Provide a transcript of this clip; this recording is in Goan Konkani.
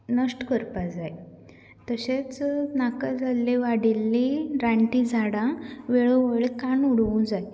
नश्ट करपाक जाय तशेंच नाका जाल्ली वाडिल्ली रानटीं झाडां काडून उडोवंक जाय